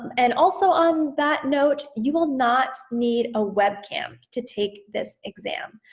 and also on that note you will not need a webcam to take this exam.